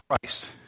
Christ